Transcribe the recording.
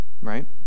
right